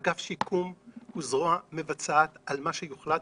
אגף שיקום הוא זרוע מבצעת על מה שיוחלט.